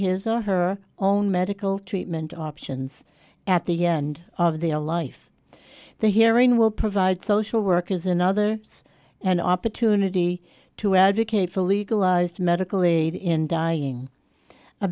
his or her own medical treatment options at the end of the a life the hearing will provide social workers another it's an opportunity to advocate for legalized medical aid in dying a